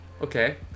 Okay